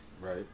Right